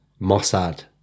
Mossad